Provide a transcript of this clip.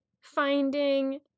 finding